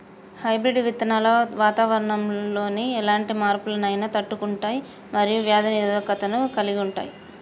hybrid విత్తనాలు వాతావరణంలోని ఎలాంటి మార్పులనైనా తట్టుకుంటయ్ మరియు వ్యాధి నిరోధకతను కలిగుంటయ్